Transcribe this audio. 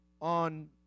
on